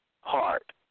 heart